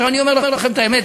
עכשיו אני אומר לכם את האמת,